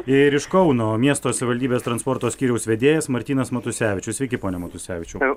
ir iš kauno miesto savivaldybės transporto skyriaus vedėjas martynas matusevičius sveiki pone matusevičiau